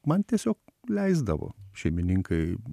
man tiesio leisdavo šeimininkai